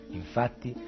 infatti